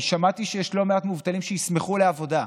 אני שמעתי שיש לא מעט מובטלים שישמחו לעבודה.